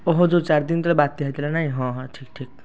ଓହୋ ଯେଉଁ ଚାରି ଦିନ ତଳେ ବାତ୍ୟା ହେଇଥିଲା ନାଇଁ ହଁ ହଁ ଠିକ୍ ଠିକ୍